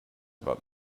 about